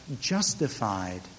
justified